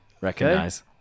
Recognize